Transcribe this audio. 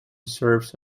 serves